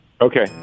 Okay